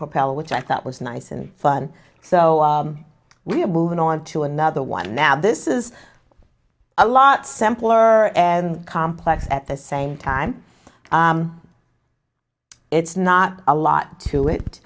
propel which i thought was nice and fun so we're moving on to another one now this is a lot simpler and complex at the same time it's not a lot to it